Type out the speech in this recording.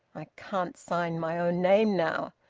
i can't sign my own name now.